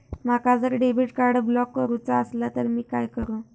माका जर debit card block करूचा असला तर मी काय करू?